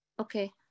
Okay